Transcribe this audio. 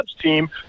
team